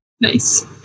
nice